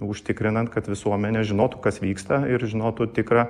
užtikrinant kad visuomenė žinotų kas vyksta ir žinotų tikrą